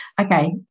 Okay